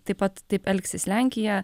taip pat taip elgsis lenkija